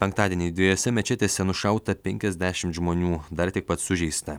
penktadienį dviejose mečetėse nušauta penkiasdešimt žmonių dar tiek pat sužeista